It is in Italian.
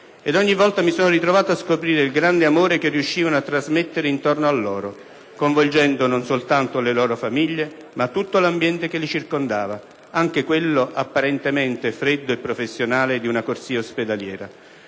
ed ogni volta mi sono ritrovato a scoprire il grande amore che riuscivano a trasmettere intorno a loro, coinvolgendo non soltanto le loro famiglie, ma tutto l'ambiente che li circondava, anche quello, apparentemente freddo e professionale, di una corsia ospedaliera;